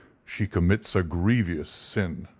she commits a grievous sin